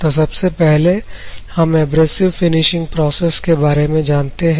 तो सबसे पहले हम एब्रेसिव फिनिशिंग प्रोसेस के बारे में जानते हैं